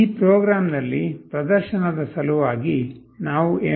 ಈ ಪ್ರೋಗ್ರಾಮ್ ನಲ್ಲಿ ಪ್ರದರ್ಶನದ ಸಲುವಾಗಿ ನಾವು mbed